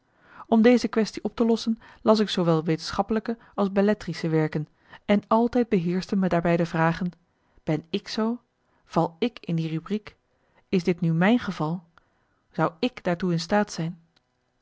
om deze quaestie op te lossen las ik zoowel wetenschappelijke als belletristische werken en altijd beheerschten me daarbij de vragen ben ik zoo val ik in die rubriek is dit nu mijn geval zou ik daartoe in staat zijn